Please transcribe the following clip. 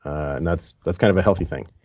and that's that's kind of a healthy thing.